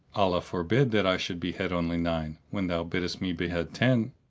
allah forbid that i should behead only nine, when thou biddest me behead ten!